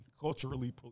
culturally